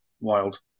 wild